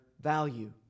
value